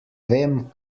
vem